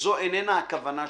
וזו איננה הכוונה שלו.